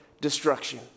destruction